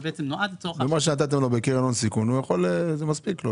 זה בעצם נועד לצורך -- ומה שנתתם לו בקרן הון סיכון זה מספיק לו,